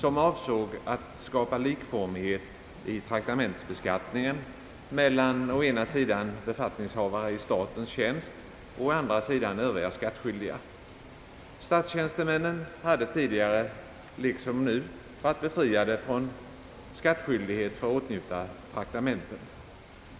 De avsåg att skapa likformighet i traktamentsbeskattningen mellan å ena sidan befattningshavare i statens tjänst och å andra sidan övriga skattskyldiga. Statstjänstemännen hade tidigare varit, liksom de nu är, befriade från skattskyldighet för åtnjutna traktamenten.